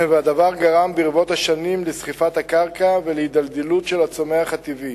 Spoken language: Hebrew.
והדבר גרם ברבות השנים לסחיפת הקרקע ולהידלדלות של הצומח הטבעי.